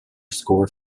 score